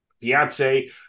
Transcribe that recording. fiance